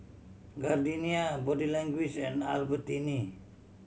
Gardenia Body Language and Albertini